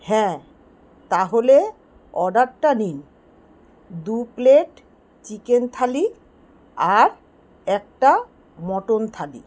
হ্যাঁ তাহলে অর্ডারটা নিন দু প্লেট চিকেন থালি আর একটা মটন থালি